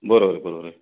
बरोबर आहे बरोबर आहे